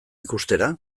ikustera